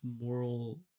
moral